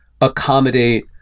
accommodate